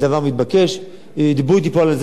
מי שיכין הצעת חוק, אני אתמוך בזה.